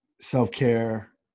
self-care